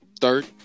Third